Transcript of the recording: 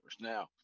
Now